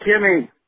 kimmy